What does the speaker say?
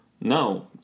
no